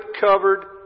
covered